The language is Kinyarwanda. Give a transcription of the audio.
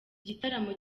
gitaramo